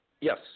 Yes